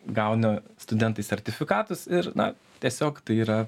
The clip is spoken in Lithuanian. gauna studentai sertifikatus ir na tiesiog tai yra